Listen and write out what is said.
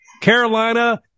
Carolina